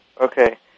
Okay